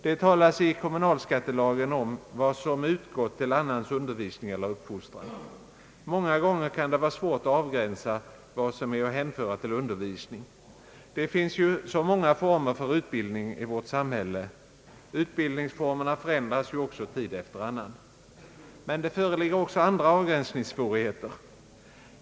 Det talas i kommunalskattelagen om »vad som utgått till annans undervisning eller uppfostran». Många gånger kan det vara svårt att avgränsa vad som är att hänföra till »undervisning». Det finns ju så många former för utbildning i vårt samhälle. Utbildningsformerna förändras ju också tid efter annan. Men det föreligger också andra avgränsningssvårigheter.